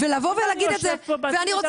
הנה אני יושב פה, ואת מדברת.